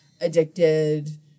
addicted